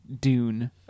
Dune